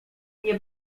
nie